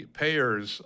payers